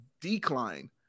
decline